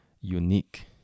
unique